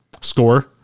score